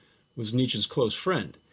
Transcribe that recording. was nietzsche's close friend.